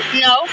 No